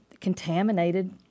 contaminated